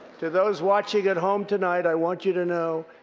to those watching at home tonight, i want you to know,